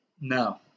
No